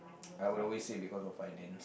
I would always say because of finance